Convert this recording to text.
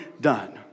Done